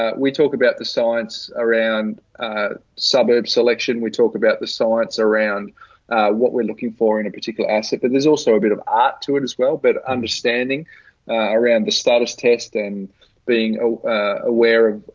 ah we talk about the science around suburbs selection. we talk about the science around what we're looking for in a particular asset, but there's also a bit of art to it as well. but understanding around the status test and being aware of,